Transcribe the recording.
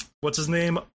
What's-his-name